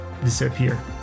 disappear